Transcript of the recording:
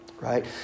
right